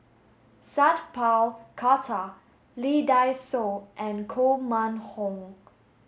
Sat Pal Khattar Lee Dai Soh and Koh Mun Hong